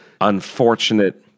unfortunate